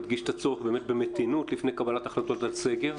מדגיש את הצורך באמת במתינות לפני קבלת החלטות על סגר.